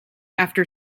after